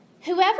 Whoever